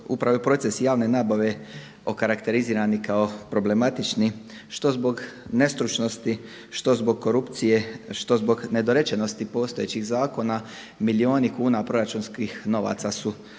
upravo procesi javne nabave okarakterizirani kao problematični što zbog nestručnosti, što zbog korupcije, što zbog nedorečenosti postojećih zakona milijuni kuna proračunskih novaca su pošli